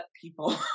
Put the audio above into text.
people